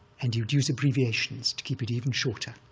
and you'd use abbreviations to keep it even shorter.